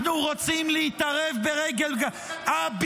אנחנו רוצים להתערב ברגל --- איפה זה כתוב בחוק?